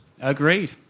Agreed